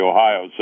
Ohio